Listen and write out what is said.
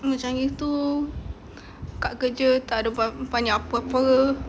macam gitu kat karja takde pa~ banyak apa-apa